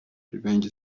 revenge